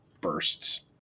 bursts